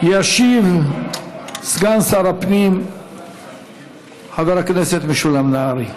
ישיב סגן שר הפנים חבר הכנסת משולם נהרי.